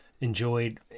enjoyed